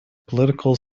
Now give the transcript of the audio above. political